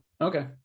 Okay